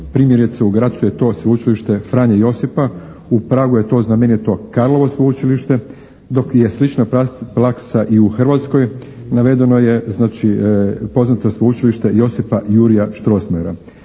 primjerice u Grazu je to sveučilište "Franje Josipa", u Pragu je to znamenito "Karlovo sveučilište", dok je slična praksa i u Hrvatskoj. Navedeno je znači poznato sveučilište "Josipa Jurja Štrosmajera",